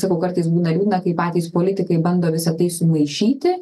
sakau kartais būna liūdna kai patys politikai bando visa tai sumaišyti